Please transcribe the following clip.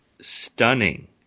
stunning